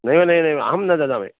नैव नैव नैव अहं न ददामि